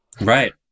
Right